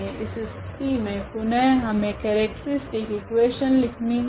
इस स्थिति मे पुनः हमे केरेक्ट्रीस्टिक इकुवेशन लिखनी होगी